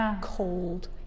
cold